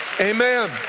Amen